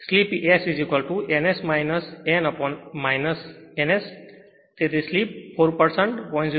slip Sn S nn S તેથી slip 4 0